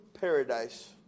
paradise